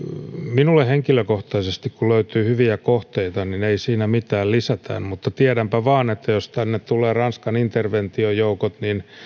minulle henkilökohtaisesti kun löytyy hyviä kohteita ei siinä mitään lisätään mutta tiedänpä vain että jos tänne tulevat ranskan interventiojoukot niin